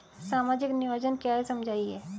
सामाजिक नियोजन क्या है समझाइए?